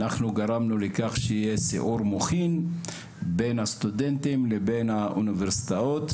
אנחנו גרמנו לכך שיהיה סיעור מוחין בין הסטודנטים לבין האוניברסיטאות.